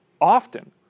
often